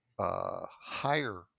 higher